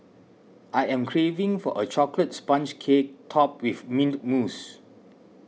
I am craving for a Chocolate Sponge Cake Topped with Mint Mousse